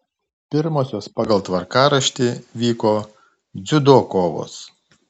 pirmosios pagal tvarkaraštį vyko dziudo kovos